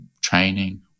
training